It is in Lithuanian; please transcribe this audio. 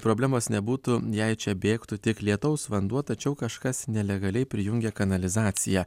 problemos nebūtų jei čia bėgtų tik lietaus vanduo tačiau kažkas nelegaliai prijungė kanalizaciją